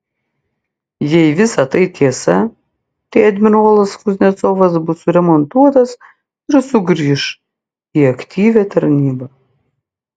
jei visa tai tiesa tai admirolas kuznecovas bus suremontuotas ir sugrįš į aktyvią tarnybą